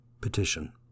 Petition